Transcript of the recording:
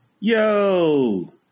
yo